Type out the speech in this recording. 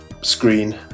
screen